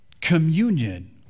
communion